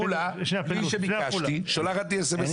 בלי שביקשתי, עפולה שולחת לי הודעת